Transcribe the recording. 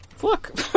Look